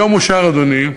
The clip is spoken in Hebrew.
היום אושר, אדוני,